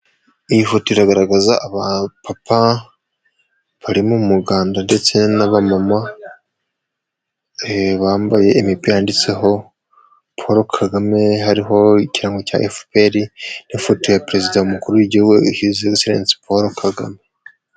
Iyi foto iragaragaza aba papa bari mu muganda, ndetse n'abamama bambaye imipira yanditseho Paul Kagame hariho ikirango cya efuperi, n'ifoto ya perezida umukuru w'igihugu hizi ekiselensi Paul Kagame.